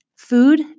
food